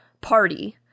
party